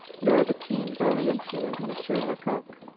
nor the keen brilliancy of monsieur lecoq.